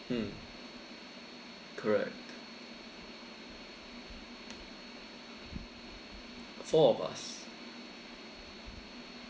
hmm correct four of us